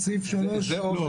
כן.